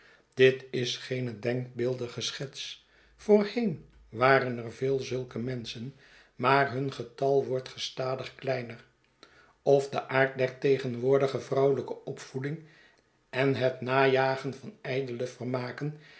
dit is geene denkbeeldige schets voorheen waren er veel zulke menschen maar hun getal wordt gestadig kleiner of de aard der tegenwoordige vrouwelijke opvoeding en het najagen van ijdele vermaken